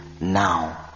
now